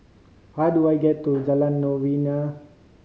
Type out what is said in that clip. how do I get to Jalan Novena